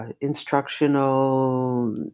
instructional